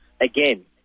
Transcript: Again